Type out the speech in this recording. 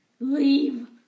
Leave